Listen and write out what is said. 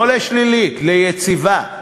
לא לשלילית, ליציבה,